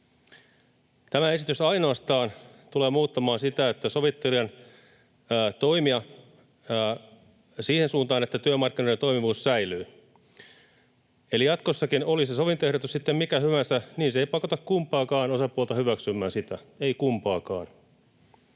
Tämä esitys ainoastaan tulee muuttamaan sovittelijan toimia siihen suuntaan, että työmarkkinoiden toimivuus säilyy. Eli jatkossakin, oli se sovintoehdotus sitten mikä hyvänsä, se ei pakota kumpaakaan osapuolta hyväksymään sitä, ei kumpaakaan.